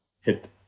hit